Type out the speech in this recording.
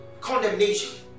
condemnation